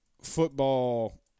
football